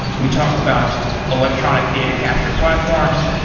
we talk about electronic data capture platforms,